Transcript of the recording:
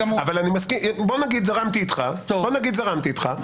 בוא נגיד שזרמתי איתך, עדיין